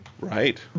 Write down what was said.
Right